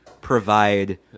provide